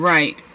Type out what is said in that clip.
Right